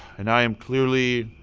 and i am clearly.